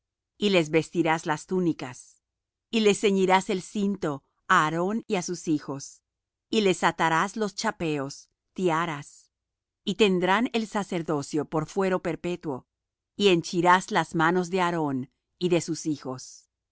y les vestirás las túnicas y les ceñirás el cinto á aarón y á sus hijos y les atarás los chapeos tiaras y tendrán el sacerdocio por fuero perpetuo y henchirás las manos de aarón y de sus hijos y